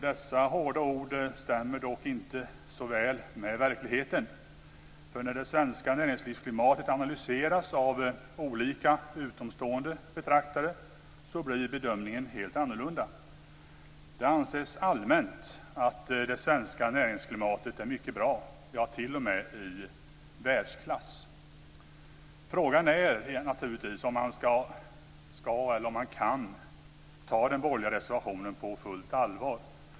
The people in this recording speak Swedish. Dessa hårda ord stämmer dock inte så väl med verkligheten. För när det svenska näringslivsklimatet analyseras av olika utomstående betraktare blir bedömningen helt annorlunda. Det anses allmänt att det svenska näringsklimatet är mycket bra, t.o.m. i världsklass. Frågan är naturligtvis om man ska eller kan ta den borgerliga reservationen på fullt allvar.